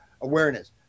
awareness